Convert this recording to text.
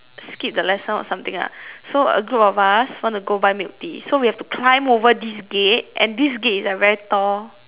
skip the lesson or something lah so a group of us want to go buy milk tea so we have to climb over this gate and this gate is a very tall